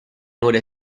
mura